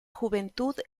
juventud